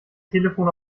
telefon